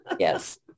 Yes